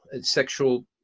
sexual